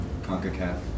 CONCACAF